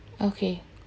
okay